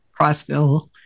Crossville